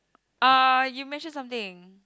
uh you mention something